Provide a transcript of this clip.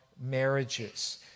marriages